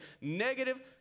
negative